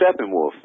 Steppenwolf